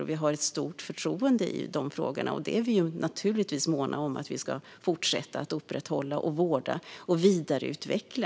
Vi har också ett stort förtroende i dessa frågor, och detta är vi naturligtvis måna om att upprätthålla, vårda och vidareutveckla.